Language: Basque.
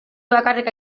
bakarrik